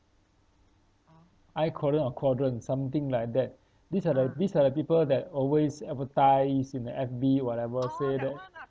I Quadrant or quadrant something like that these are these are the people that always advertise in the F_B whatever say that